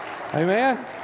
amen